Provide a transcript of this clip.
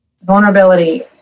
Vulnerability